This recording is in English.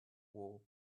wall